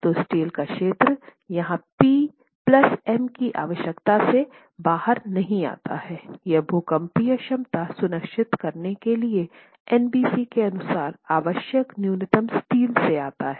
तो स्टील का क्षेत्र यह पी प्लस एम की आवश्यकता से बाहर नहीं आता है यह भूकंपीय क्षमता सुनिश्चित करने के लिए एनबीसी के अनुसार आवश्यक न्यूनतम स्टील से ही आता हैं